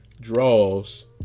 Draws